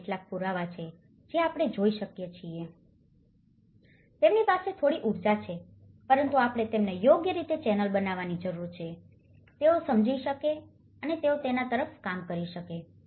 આ કેટલાક પુરાવા છે જે આપણે જોઈ શકીએ છીએ કે તેમની પાસે થોડી ઉર્જા છે પરંતુ આપણે તેમને યોગ્ય રીતે ચેનલ બનાવવાની જરૂર છે જેથી તેઓ સમજી શકે અને તેઓ તેના તરફ કામ કરે છે